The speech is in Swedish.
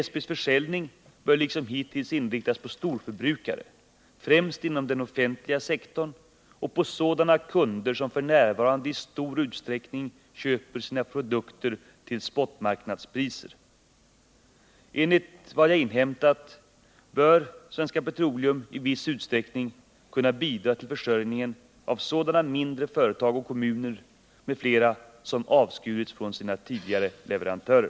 SP:s försäljning bör liksom hittills inriktas på storförbrukare, främst inom den offentliga sektorn, och på sådana kunder som f.n. i stor utsträckning köper sina produkter till spotmarknadspriser. Enligt vad jag har inhämtat bör SP i viss utsträckning kunna bidra till försörjningen av sådana mindre företag och kommuner m.fl. som avskurits från sina tidigare leverantörer.